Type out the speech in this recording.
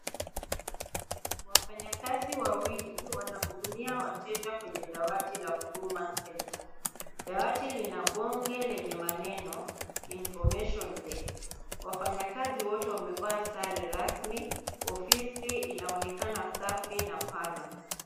Wafanyakazi wawili wanahudumia wateja kwenye dawati la Huduma Center, dawati lina bonge lenye maneno information desk wafanyakazi wote wamevaa sare rasmi ofisi inaonekana safi na pana.